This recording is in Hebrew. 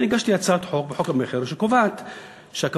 לכן הגשתי את הצעת חוק המכר שקובעת שהקבלן,